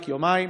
רק יומיים,